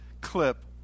clip